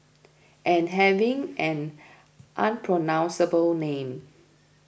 and having an unpronounceable name